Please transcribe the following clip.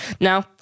Now